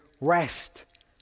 rest